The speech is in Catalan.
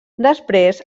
després